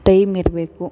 time ಇರಬೇಕು